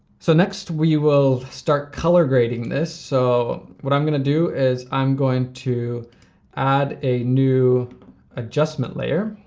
so next we will start color grading this, so what i'm gonna do is i'm going to add a new adjustment layer.